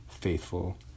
faithful